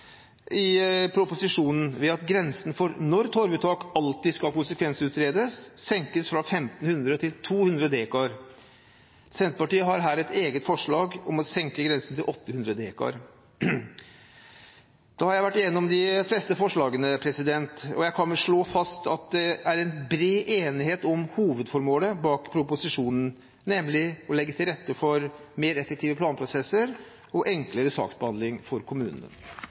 i proposisjonen ved at grensen for når torvuttak alltid skal konsekvensutredes, senkes fra 1 500 til 200 dekar. Senterpartiet har her et eget forslag om å senke grensen til 800 dekar. Da har jeg vært igjennom de fleste forslagene og kan vel slå fast at det er bred enighet om hovedformålet bak proposisjonen, nemlig å legge til rette for mer effektive planprosesser og enklere saksbehandling for kommunene.